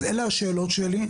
אז אלה השאלות שלי,